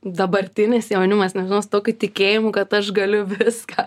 dabartinis jaunimas nežinau su tokiu tikėjimu kad aš galiu viską